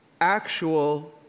actual